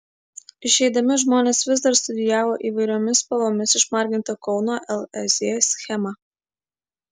išeidami žmonės vis dar studijavo įvairiomis spalvomis išmargintą kauno lez schemą